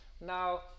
Now